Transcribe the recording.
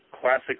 classic